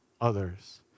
others